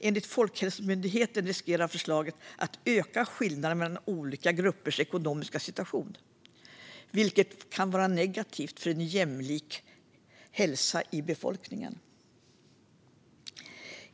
Enligt Folkhälsomyndigheten riskerar förslaget att öka skillnaderna mellan olika gruppers ekonomiska situation, vilket kan vara negativt för en jämlik hälsa i befolkningen.